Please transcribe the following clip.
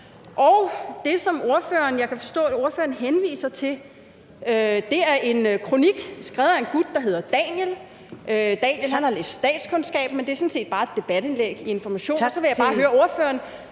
kan forstå ordføreren henviser til, er en kronik skrevet af en gut, der hedder Daniel. Daniel har læst statskundskab, men det er sådan set bare et debatindlæg i Information. Og så vil jeg bare høre ordføreren,